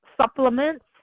supplements